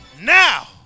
now